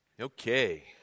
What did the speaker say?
Okay